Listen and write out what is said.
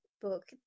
book